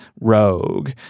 rogue